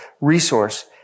resource